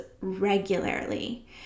regularly